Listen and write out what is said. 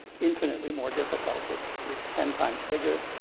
infinitely more difficult. its its ten times bigger.